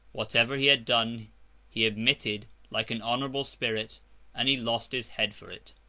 whatever he had done he admitted, like an honourable spirit and he lost his head for it,